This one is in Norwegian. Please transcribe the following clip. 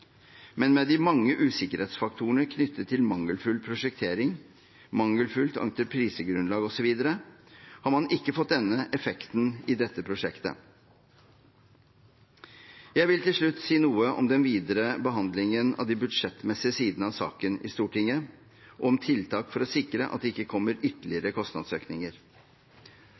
Men med de mange usikkerhetsfaktorene knyttet til mangelfull prosjektering, mangelfullt entreprisegrunnlag osv. har man ikke fått denne effekten i dette prosjektet. Jeg vil til slutt si noe om den videre behandlingen av de budsjettmessige sidene av saken i Stortinget og om tiltak for å sikre at det ikke kommer ytterligere kostnadsøkninger.